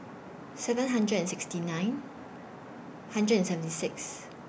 seven hundred and sixty nine hundred and seventy six